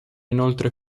inoltre